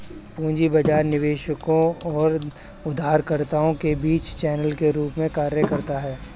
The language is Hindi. पूंजी बाजार निवेशकों और उधारकर्ताओं के बीच चैनल के रूप में कार्य करता है